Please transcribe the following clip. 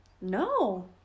No